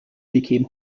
became